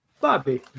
Bobby